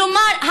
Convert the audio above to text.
כלומר,